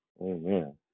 Amen